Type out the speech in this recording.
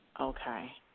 Okay